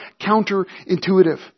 counterintuitive